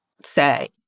say